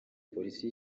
polisi